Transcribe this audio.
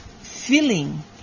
filling